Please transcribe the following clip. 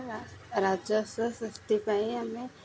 ରା ରାଜସ୍ୱ ସୃଷ୍ଟି ପାଇଁ ଆମେ